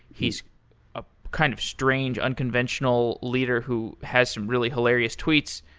he's a kind of strange unconventional leader who has some really hilarious tweets.